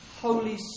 Holy